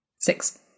Six